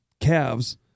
calves